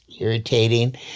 irritating